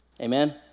Amen